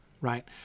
Right